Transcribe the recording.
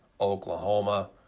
Oklahoma